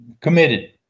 committed